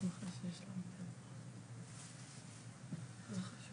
נשנה את הנוסח ונגיד שזה יהיה עד 1 באוגוסט 2022. 18 חודשים,